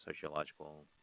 sociological